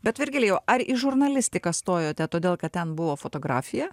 bet virgilijau ar į žurnalistiką stojote todėl kad ten buvo fotografija